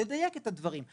-- לדייק את הדברים.